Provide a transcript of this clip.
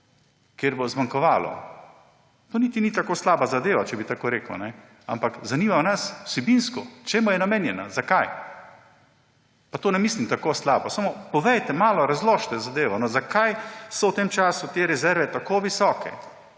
kjer bo zmanjkovalo. Pa niti ni tako slaba zadeva, če bi tako rekel, ampak nas zanima vsebinsko, čemu je namenjena. Pa to ne mislim tako slabo, samo povejte, razložite zadevo. Zakaj so v tem času te rezerve tako visoke?